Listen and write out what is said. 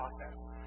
process